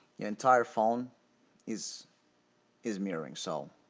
entire phone is is mirroring so